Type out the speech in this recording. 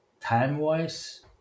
time-wise